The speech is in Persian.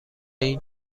این